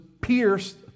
pierced